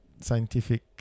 scientific